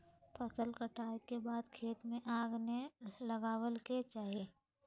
फसल कटाई के बाद खेत में आग नै लगावय के चाही